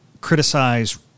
criticize